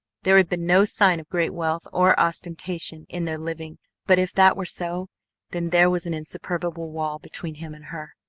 there had been no sign of great wealth or ostentation in their living but if that were so then there was an insuperable wall between him and her.